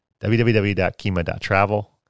www.kima.travel